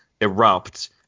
erupt